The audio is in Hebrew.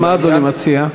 מה אדוני מציע?